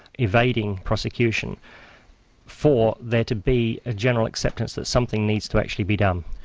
evading prosecution for there to be a general acceptance that something needs to actually be done.